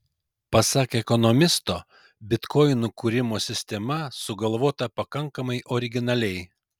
pasak ekonomisto bitkoinų kūrimo sistema sugalvota pakankamai originaliai